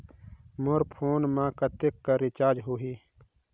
मोर phone मा कतेक कर रिचार्ज हो ही?